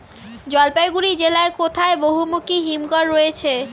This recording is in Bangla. জলপাইগুড়ি জেলায় কোথায় বহুমুখী হিমঘর রয়েছে?